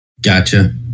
gotcha